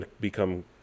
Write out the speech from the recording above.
become